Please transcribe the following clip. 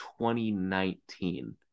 2019